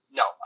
no